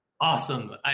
awesome